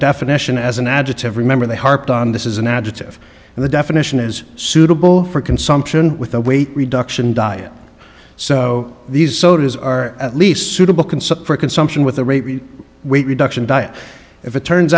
definition as an adjective remember they harped on this is an adjective and the definition is suitable for consumption with a weight reduction diet so these sodas are at least suitable concert for consumption with a rate weight reduction diet if it turns